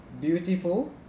beautiful